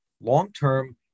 long-term